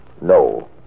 no